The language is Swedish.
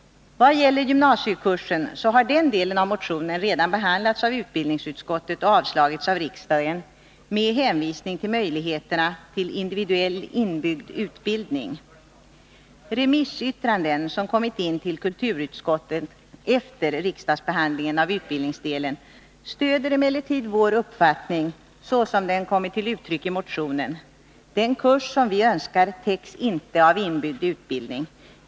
Vad gäller gymnasiekurserna så har den delen av motionen redan behandlats av utbildningsutskottet och avslagits med hänvisning till möjligheterna till individuell inbyggd utbildning. Remissyttranden som kommit in till kulturutskottet efter riksdagsbehandlingen av utbildningsdelen stöder emellertid vår uppfattning såsom den kommit till uttryck i motionen: den kurs som vi önskar täcks inte av inbyggd utbildning.